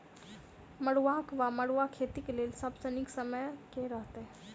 मरुआक वा मड़ुआ खेतीक लेल सब सऽ नीक समय केँ रहतैक?